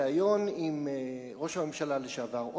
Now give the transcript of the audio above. ריאיון עם ראש הממשלה לשעבר אולמרט,